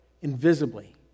invisibly